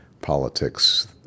politics